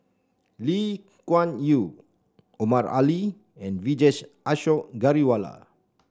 Lee Kuan Yew Omar Ali and Vijesh Ashok Ghariwala